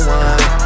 one